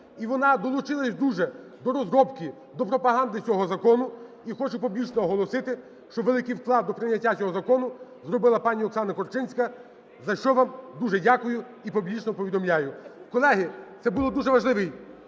і вона долучилася дуже до розробки, до пропаганди цього закону. І хочу публічно оголосити, що великий вклад до прийняття цього закону зробила пані Оксана Корчинська, за що вам дуже дякую і публічно повідомляю. Колеги, це було дуже важливих